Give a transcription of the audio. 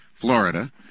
Florida